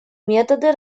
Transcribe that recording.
методы